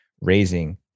raising